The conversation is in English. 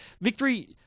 Victory